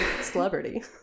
celebrity